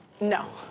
No